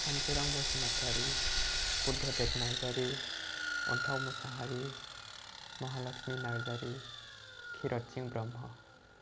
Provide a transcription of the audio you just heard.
Sansorang Basumatary Buddhadeb Narzary Anthao Mushahary Mahalakshmi Narzary Kshirod Singh Brahma